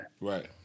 Right